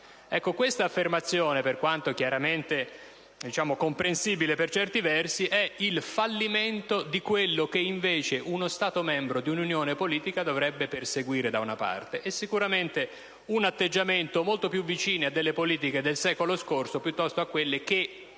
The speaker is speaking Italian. Questa affermazione, per quanto chiaramente comprensibile per certi versi, è il fallimento di quanto invece uno Stato membro di una unione politica dovrebbe perseguire, da una parte, e sicuramente un atteggiamento molto più vicino a politiche del secolo scorso piuttosto che a quelle che,